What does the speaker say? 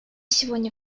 сегодня